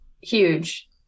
huge